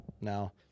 Now